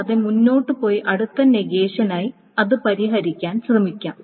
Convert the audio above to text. കൂടാതെ മുന്നോട്ട് പോയി അടുത്ത നെഗേഷനായി അത് പരിഹരിക്കാൻ ശ്രമിക്കാം